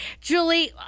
Julie